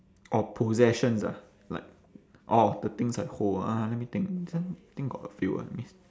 orh possessions ah like orh the things I hold ah let me think this one think got a few ah